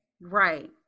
right